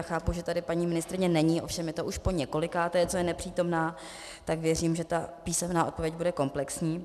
Chápu, že tady paní ministryně není, ovšem je to už poněkolikáté, co je nepřítomná, tak věřím, že písemná odpověď bude komplexní.